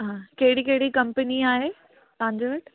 हा कहिड़ी कहिड़ी कंपनी आहे तव्हांजे वटि